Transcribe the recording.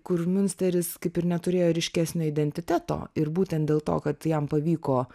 kur miunsteris kaip ir neturėjo ryškesnio identiteto ir būten dėl to kad jam pavyko